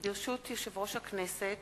לכן נהפוך את כל אותן הצעות